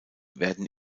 werden